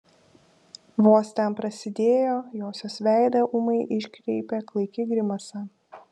vos ten prasidėjo josios veidą ūmai iškreipė klaiki grimasa